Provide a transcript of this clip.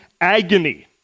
agony